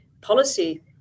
policy